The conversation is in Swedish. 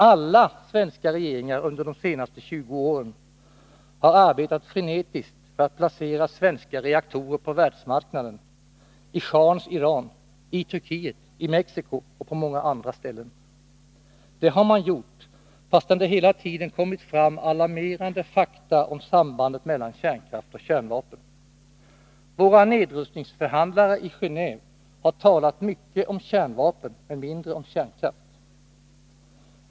Alla svenska regeringar under de senaste 20 åren har arbetat frenetiskt för att placera svenska reaktorer på världsmarknaden, i schahens Iran, i Turkiet, i Mexico och på många andra ställen. Det har man gjort fastän det hela tiden kommit fram alarmerande fakta om sambandet mellan kärnkraft och kärnvapen. Våra nedrustningsförhandlare i Gen&ve har talat mycket om kärnvapen men mindre om kärnkraft.